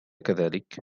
كذلك